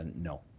and no.